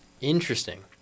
Interesting